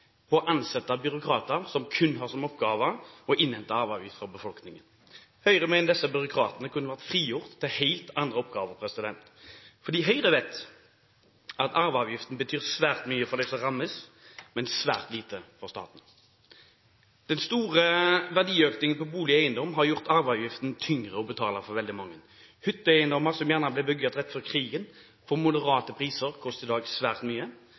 på å ansette byråkrater som kun har som oppgave å innhente arveavgift fra befolkningen. Høyre mener disse byråkratene kunne vært frigjort til helt andre oppgaver, fordi Høyre vet at arveavgiften betyr svært mye for dem som rammes, men svært lite for staten. Den store verdiøkningen på bolig og eiendom har gjort arveavgiften tyngre å betale for veldig mange. Hytteeiendommer som gjerne ble bygd rett før krigen, til moderate priser, koster i dag svært mye,